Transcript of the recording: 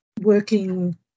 working